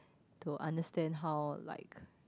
to understand how like